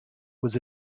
was